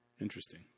Interesting